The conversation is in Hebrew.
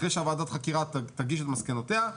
אחרי שוועדת החקירה תגיש את מסקנותיה,